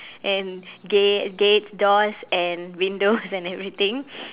and gate gates doors and windows and everything